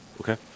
okay